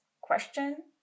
question